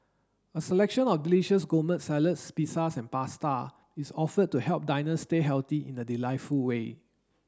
a selection of delicious gourmet salads pizzas and pasta is offered to help diners stay healthy in a delightful way